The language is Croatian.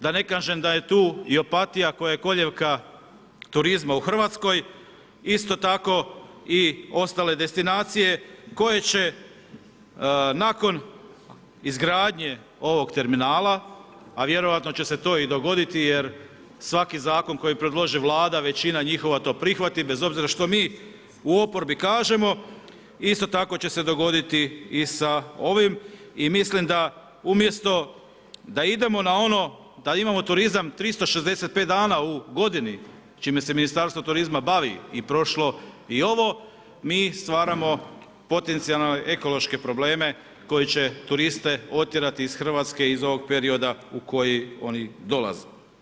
Da ne kažem da je tu i Opatija, koja je koljevka turizma i u Hrvatskoj, isto tako i ostale destinacije, koje će nakon izgradnje ovog terminala, a vjerojatno će se to dogoditi, jer svaki zakon, koji predloži Vlada, većina njihova to prihvati bez obzira što mi u oporbi kažemo, isto tako će se dogoditi i sa ovim i mislim da umjesto da idemo na ono da imamo turizam 365 dana u godini, čime se Ministarstvo turizma bavi i prošlo i ovo, mi stvaramo potencijalne ekološke probleme koji će turiste otjerati iz Hrvatske iz ovog perioda u koji oni dolaze.